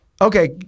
okay